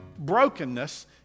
Brokenness